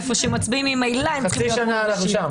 המקומות שבהם מצביעים ממילא צריכים להיות נגישים.